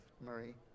Murray